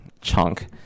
chunk